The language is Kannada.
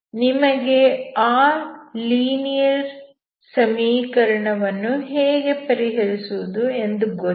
ನಿಮಗೆ ಆ ಲೀನಿಯರ್ ಸಮೀಕರಣ ವನ್ನು ಹೇಗೆ ಪರಿಹರಿಸುವುದು ಎಂದು ಗೊತ್ತಿದೆ